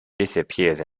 disappears